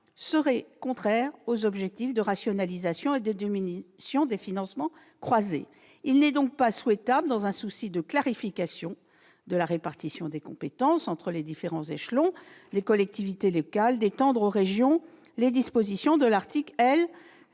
serait contraire aux objectifs de rationalisation et de diminution des financements croisés. Il n'est donc pas souhaitable, dans un souci de clarification de la répartition des compétences entre les différents échelons des collectivités locales, d'étendre aux régions les dispositions de l'article L.